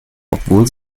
obwohl